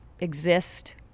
exist